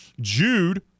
jude